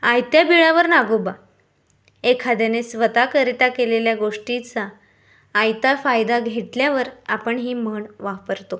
आयत्या बिळावर नागोबा एखाद्याने स्वत करिता केलेल्या गोष्टीचा आयता फायदा घेतल्यावर आपण ही म्हण वापरतो